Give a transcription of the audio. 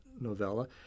novella